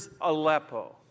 Aleppo